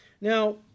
Now